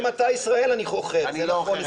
אם אתה ישראל אני עוכר, זה נכון.